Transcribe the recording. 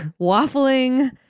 waffling